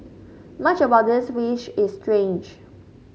much about this fish is strange